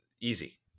Easy